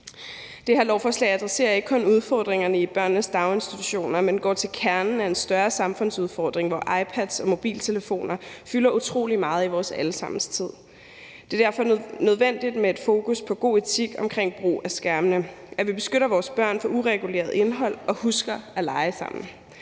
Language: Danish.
Det her lovforslag adresserer ikke kun udfordringerne i børnenes daginstitutioner, men går til kernen i en større samfundsudfordring, hvor iPads og mobiltelefoner fylder utrolig meget i vores alle sammens tid. Det er derfor nødvendigt med et fokus på god etik omkring brug af skærmene, og at vi beskytter vores børn mod ureguleret indhold og husker at lege sammen,